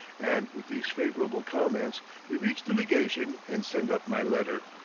and with these favorable comments we reach the legation and send up my letter.